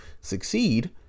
succeed